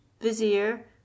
vizier